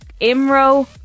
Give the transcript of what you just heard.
Imro